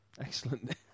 Excellent